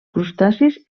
crustacis